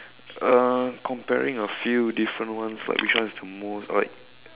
uh comparing a few different ones like which one is the most like